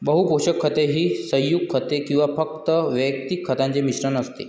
बहु पोषक खते ही संयुग खते किंवा फक्त वैयक्तिक खतांचे मिश्रण असते